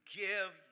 give